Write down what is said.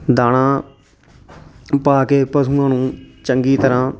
ਦਾਣਾ ਪਾ ਕੇ ਪਸ਼ੂਆਂ ਨੂੰ ਚੰਗੀ ਤਰ੍ਹਾਂ